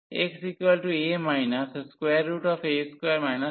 x a